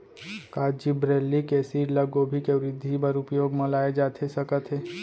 का gibberellic acid ल गोभी के वृद्धि बर उपयोग म लाये जाथे सकत हे?